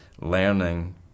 learning